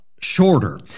shorter